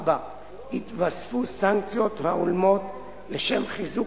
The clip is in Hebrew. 4. יתווספו סנקציות הולמות לשם חיזוק